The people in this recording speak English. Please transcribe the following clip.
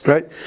Right